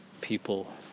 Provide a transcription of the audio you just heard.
people